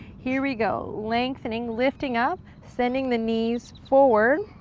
here we go, lengthening, lifting up. sending the knees forward.